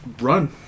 run